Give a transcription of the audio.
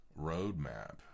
roadmap